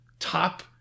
top